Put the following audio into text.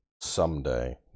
someday